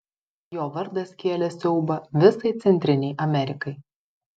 jo vardas kėlė siaubą visai centrinei amerikai